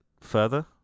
further